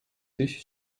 тысяч